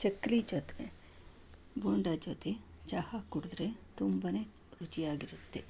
ಚಕ್ಕುಲಿ ಜೊತೆ ಬೋಂಡದ ಜೊತೆ ಚಹಾ ಕುಡಿದ್ರೆ ತುಂಬನೇ ರುಚಿಯಾಗಿರುತ್ತೆ